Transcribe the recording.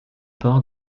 port